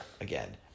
again